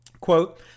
Quote